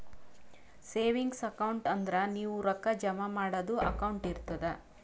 savings account ಅಂದುರ್ ನೀವು ರೊಕ್ಕಾ ಜಮಾ ಮಾಡದು ಅಕೌಂಟ್ ಇರ್ತುದ್